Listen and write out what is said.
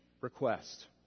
request